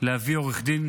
להביא עורך דין,